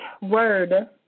word